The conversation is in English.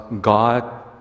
god